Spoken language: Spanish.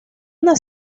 una